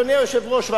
אדוני היושב-ראש,